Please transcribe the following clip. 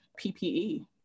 PPE